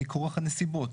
מכורח הנסיבות.